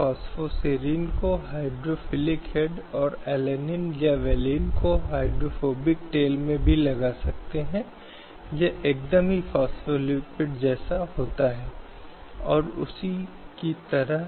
तो इसलिए क्या अनुच्छेद 14 अनुमति देता है उचित वर्गीकरण है जो वास्तविक और पर्याप्त अंतर के आधार पर समायोजित होता है और उचित वस्तु को प्राप्त किया जा सकता है